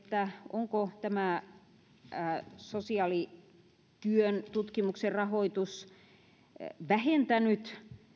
onko tämä sosiaalityön tutkimuksen rahoitus vähentänyt